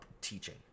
teaching